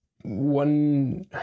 one